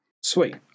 Sweet